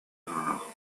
rare